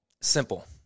Simple